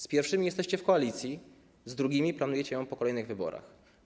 Z pierwszymi jesteście w koalicji, z drugimi planujecie ją po kolejnych wyborach.